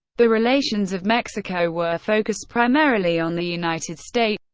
the relations of mexico were focused primarily on the united states,